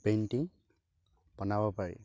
painting বনাব পাৰি